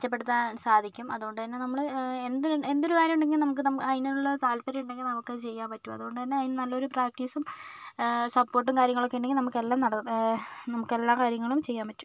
മെച്ചപ്പെടുത്താൻ സാധിക്കും അതുകൊണ്ട് തന്നെ നമ്മള് എന്തര് എന്തര് കാര്യമുണ്ടെങ്കിലും നമുക്ക് അതിനുള്ള് താത്പര്യമുണ്ടെങ്കിൽ നമുക്കത് ചെയ്യാൻ പറ്റും അതുകൊണ്ട് തന്നെ അതിന് നല്ലൊരു പ്രാക്റ്റീസും സപ്പോർട്ടും കാര്യങ്ങളൊക്കെ ഉണ്ടെങ്കിൽ നമുക്കെല്ലാം നടക്കും നമുക്കെല്ലാ കാര്യങ്ങളും ചെയ്യാൻ പറ്റും